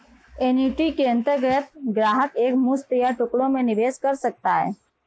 annuity के अंतर्गत ग्राहक एक मुश्त या टुकड़ों में निवेश कर सकता है